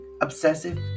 obsessive